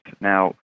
Now